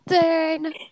turn